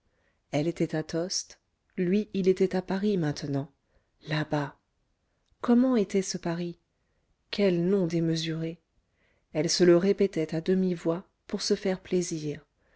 elle était à tostes lui il était à paris maintenant là-bas comment était ce paris quel nom démesuré elle se le répétait à demi-voix pour se faire plaisir